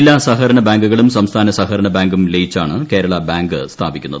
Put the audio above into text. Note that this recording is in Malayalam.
ജില്ലാ സഹകരണ ബാങ്കുകളും സംസ്ഥാന സഹകരണ ബാങ്കും ലയിച്ചാണ് കേരളാ ബാങ്ക് സ്ഥാപിക്കുന്നത്